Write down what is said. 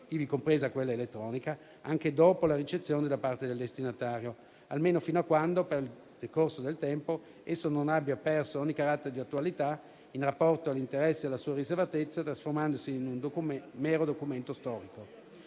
ivi compresa quella elettronica, anche dopo la ricezione da parte del destinatario, almeno fino a quando, per il decorso del tempo, essa non abbia perso ogni carattere di attualità in rapporto all'interesse della sua riservatezza, trasformandosi in un mero documento storico.